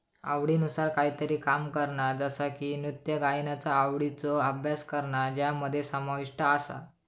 आवडीनुसार कायतरी काम करणा जसा की नृत्य गायनाचा आवडीचो अभ्यास करणा ज्यामध्ये समाविष्ट आसा